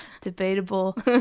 Debatable